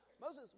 Moses